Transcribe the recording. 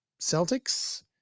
Celtics